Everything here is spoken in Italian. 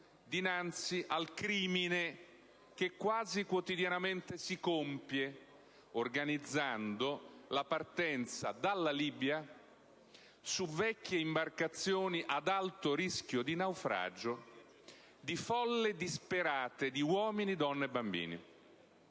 dinanzi al crimine che quasi quotidianamente si compie organizzando la partenza dalla Libia, su vecchie imbarcazioni ad alto rischio di naufragio, di folle disperate di uomini, donne, bambini.